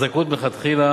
נוצרה הזכאות מלכתחילה,